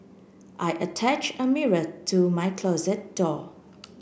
I attach a mirror to my closet door